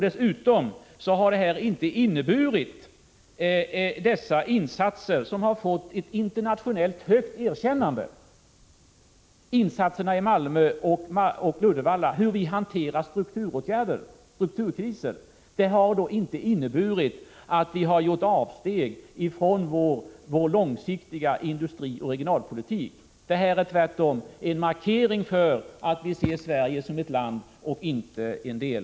Dessutom har insatserna i Malmö och Uddevalla, som fått ett internationellt stort erkännande — det handlar alltså om hur vi hanterar strukturkriser — inte inneburit att vi har Prot. 1985/86:103 gjort avsteg från vår långsiktiga industrioch regionalpolitik. Det här är tvärtom en markering. Vi ser nämligen Sverige som ett land och inte som en del.